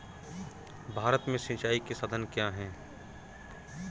भारत में सिंचाई के साधन क्या है?